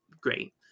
Great